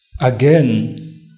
Again